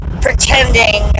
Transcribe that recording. pretending